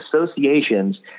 associations